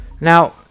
now